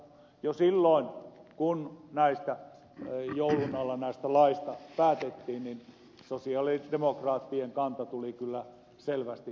jo silloin kun joulun alla näistä laeista päätettiin sosialidemokraattien kanta tuli kyllä selvästi näkyviin